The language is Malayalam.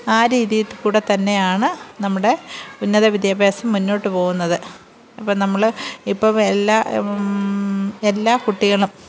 ആ രീതിയിൽ കൂടെ തന്നെയാണ് നമ്മുടെ ഉന്നത വിദ്യാഭ്യാസം മുന്നോട്ടു പോകുന്നത് അപ്പം നമ്മൾ ഇപ്പം എല്ലാ എല്ലാ കുട്ടികളും